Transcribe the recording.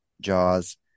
jaws